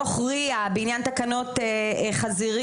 דוח RIA בעניין תקנות חזירים,